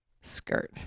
skirt